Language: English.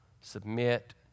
Submit